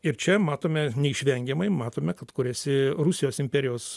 ir čia matome neišvengiamai matome kad kuriasi rusijos imperijos